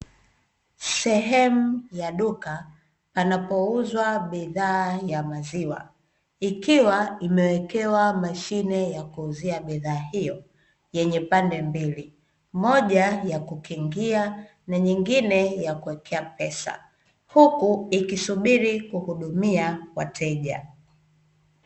Sehemu ya duka panapouzwa bidhaa ya maziwa ikiwa imewekewa mashine ya kuuzia bidhaa hiyo yenye pande mbili, moja ya kukiingia na nyingine ya kuwekea pesa huku ikisubiri kuhudumia wateja.